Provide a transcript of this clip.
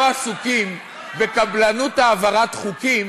לא עסוקים בקבלנות העברת חוקים,